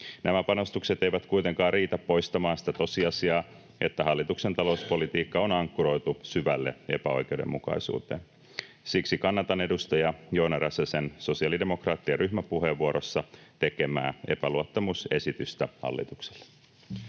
Nämä panostukset eivät kuitenkaan riitä poistamaan sitä tosiasiaa, että hallituksen talouspolitiikka on ankkuroitu syvälle epäoikeudenmukaisuuteen. Siksi kannatan edustaja Joona Räsäsen sosiaalidemokraattien ryhmäpuheenvuorossa tekemää epäluottamusesitystä hallitukselle.